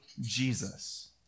Jesus